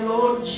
Lord